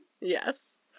Yes